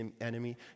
enemy